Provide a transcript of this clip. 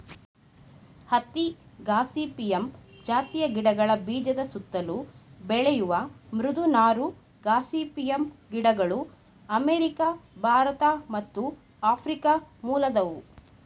ಹತ್ತಿ ಗಾಸಿಪಿಯಮ್ ಜಾತಿಯ ಗಿಡಗಳ ಬೀಜದ ಸುತ್ತಲು ಬೆಳೆಯುವ ಮೃದು ನಾರು ಗಾಸಿಪಿಯಮ್ ಗಿಡಗಳು ಅಮೇರಿಕ ಭಾರತ ಮತ್ತು ಆಫ್ರಿಕ ಮೂಲದವು